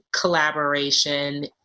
collaboration